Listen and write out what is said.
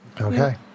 Okay